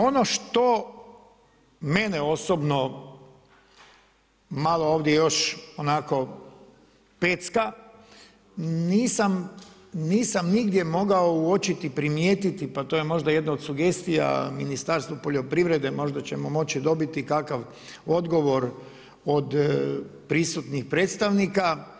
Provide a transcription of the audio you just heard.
Ono što mene osobno malo ovdje još onako pecka, nisam nigdje mogao uočiti, primijetiti, pa to je možda jedno od sugestija Ministarstvu poljoprivrede, možda ćemo moći dobiti kakav odgovor od prisutnih predstavnika.